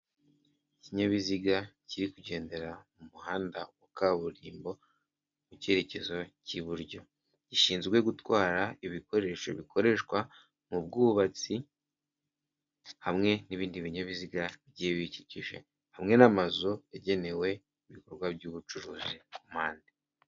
Ikinyabiziga kiri kugendera mu muhanda wa kaburimbo mu cyerekezo cy'iburyo, gishinzwe gutwara ibikoresho bikoreshwa mu bwubatsi, hamwe n'ibindi binyabiziga bigiye biyikikije, hamwe n'amazu, yagenewe ibikorwa by'ubucuruzi ku mpande.